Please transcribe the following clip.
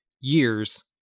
years